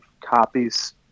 copies